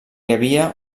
havia